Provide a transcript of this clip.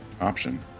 option